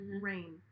rain